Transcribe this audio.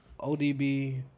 ODB